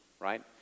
Right